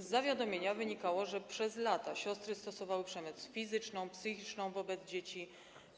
Z zawiadomienia wynikało, że przez lata siostry stosowały przemoc fizyczną, psychiczną wobec dzieci,